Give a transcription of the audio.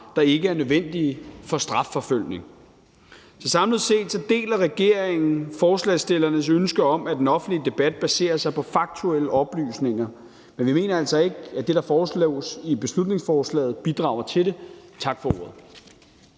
der ikke er nødvendige for strafforfølgelse. Samlet set deler regeringen forslagsstillernes ønske om, at den offentlige debat baserer sig på faktuelle oplysninger, men vi mener altså ikke, at det, der foreslås i beslutningsforslaget, bidrager til det. Tak for ordet.